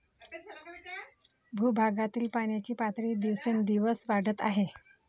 भूगर्भातील पाण्याची पातळी दिवसेंदिवस वाढत आहे